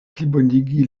plibonigi